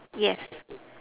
yes